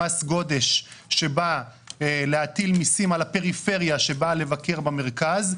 מס גודש שבא להטיל מיסים על הפריפריה שבאה לבקר במרכז,